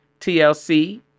TLC